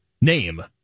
name